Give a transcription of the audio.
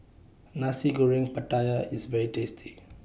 Nasi Goreng Pattaya IS very tasty